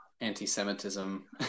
anti-Semitism